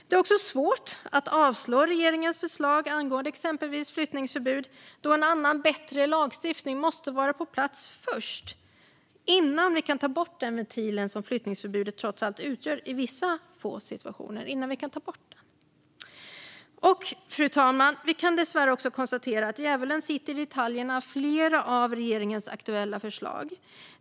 Det är också svårt att avslå regeringens förslag angående exempelvis flyttningsförbud, då en annan bättre lagstiftning måste vara på plats innan den ventil som flyttningsförbudet trots allt utgör i vissa få situationer kan tas bort. Fru talman! Vi kan dessvärre också konstatera att djävulen sitter i detaljerna i flera av regeringens aktuella förslag.